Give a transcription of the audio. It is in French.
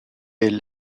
est